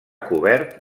cobert